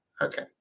Okay